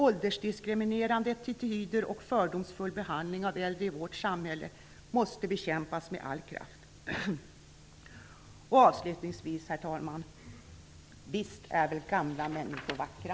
Åldersdiskriminerande attityder och fördomsfull behandling av äldre i vårt samhälle måste bekämpas med all kraft. Avslutningsvis, herr talman: Visst är gamla människor vackra!